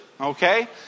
okay